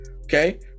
okay